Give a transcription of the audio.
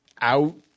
out